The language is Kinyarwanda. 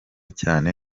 cyane